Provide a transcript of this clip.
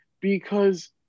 Because-